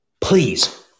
Please